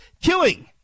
killing